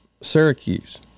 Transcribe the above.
Syracuse